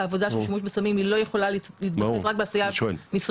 העבודה של שימוש בסמים לא יכולה להתבסס רק בעשייה משרדית,